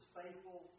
faithful